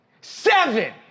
Seven